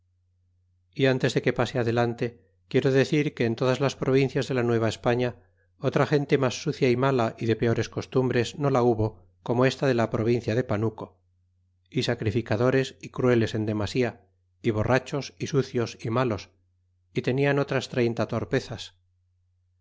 méxico antes que pase adelante quiero decir que en todas las provincias de la nueva españa otra gente mas sucia y mala y de peores costumbres no la hubo como esta de la provincia de palmeo y sacrificadores y crueles en demasía y borrachos y sucios y malos y tenian otras treinta torpezas